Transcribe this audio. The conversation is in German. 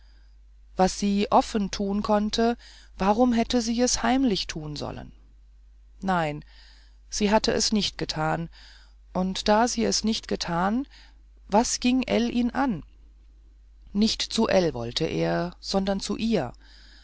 was sie offen tun konnte warum hätte sie es heimlich tun sollen nein sie hatte es nicht getan und da sie es nicht getan was ging ell ihn an nicht zu ell wollte er sondern zu ihr